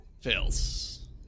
Fails